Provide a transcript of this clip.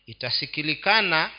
Itasikilikana